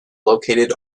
located